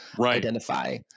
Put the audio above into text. identify